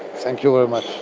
thank you very much.